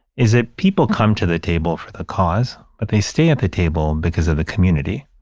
is if people come to the table for a cause, but they stay at the table because of the community,